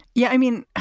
yeah. i mean,